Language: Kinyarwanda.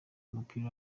w’umupira